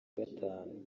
gatanu